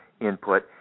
input